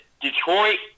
Detroit